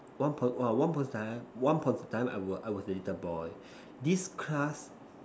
one per one once upon a time once upon a time I were I was a little boy this class